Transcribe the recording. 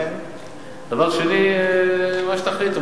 דבר שני, מה שתחליטו.